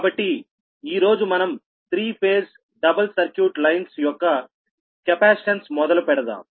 కాబట్టి ఈరోజు మనం త్రీఫేజ్ డబుల్ సర్క్యూట్ లైన్స్ యొక్క కెపాసిటన్స్ మొదలుపెడదాం